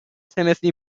timothy